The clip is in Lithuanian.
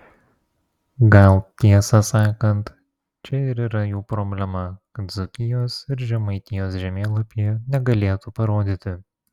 gal tiesą sakant čia ir yra jų problema kad dzūkijos ir žemaitijos žemėlapyje negalėtų parodyti